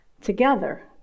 together